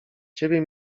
ciebie